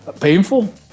Painful